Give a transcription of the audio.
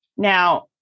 Now